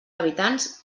habitants